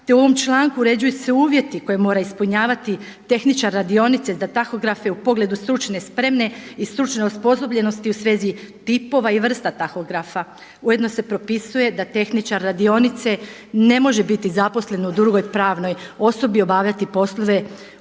te u ovom članku uređuju se uvjeti koje mora ispunjavati tehničar radionice za tahografe u pogledu stručne spreme i stručne osposobljenosti u svezi tipova i vrsta tahografa. Ujedno se propisuje da tehničar radionice ne može biti zaposlen u drugoj pravnoj osobi, obavljati poslove u svezi